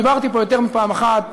דיברתי פה יותר מפעם אחת.